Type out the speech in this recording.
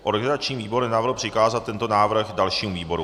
Organizační výbor navrhl přikázat tento návrh dalšímu výboru.